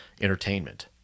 entertainment